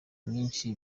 byinshi